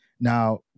Now